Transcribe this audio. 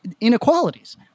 inequalities